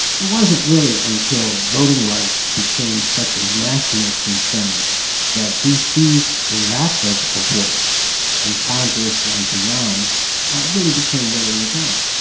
it wasn't really until voting rights became such a national concern that deasy's lack of a voice in congress and beyond really became readily apparent.